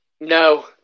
No